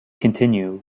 continued